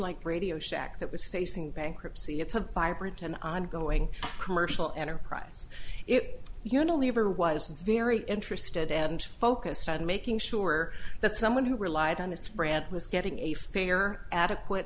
like radio shack that was facing bankruptcy it's a vibrant and ongoing commercial enterprise it unilever was very interested and focused on making sure that someone who relied on its brand was getting a fair adequate